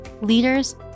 leaders